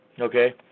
Okay